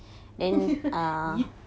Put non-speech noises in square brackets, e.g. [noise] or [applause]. [laughs]